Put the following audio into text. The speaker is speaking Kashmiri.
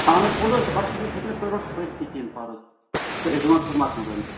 اہن حظ پوٚز حظ چھِ بَچَس ہیٚکہِ نہٕ ہیٚکہِ نہٕ پٔرۍتھٕے کینٛہہ پَرُس کروٗناہَس منٛز